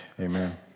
amen